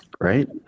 Right